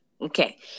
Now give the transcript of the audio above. Okay